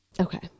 Okay